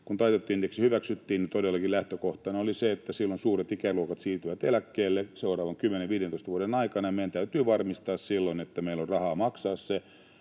Kun taitettu indeksi hyväksyttiin, todellakin lähtökohtana oli se, että silloin suuret ikäluokat siirtyvät eläkkeelle seuraavan 10—15 vuoden aikana, ja meidän täytyi varmistaa silloin, että meillä on rahaa maksaa se.